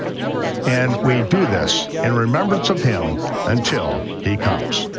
and we do this in remembrance of him until he comes.